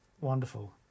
wonderful